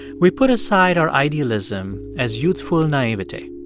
we put aside our idealism as youthful naivete.